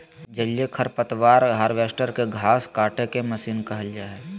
जलीय खरपतवार हार्वेस्टर, के घास काटेके मशीन भी कहल जा हई